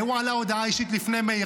הוא עלה להודעה אישית לפני מאיר,